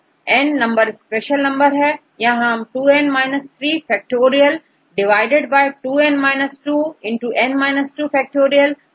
तो n special का number है हम2n 3 factorial divided by 2n 2 n 2 factorial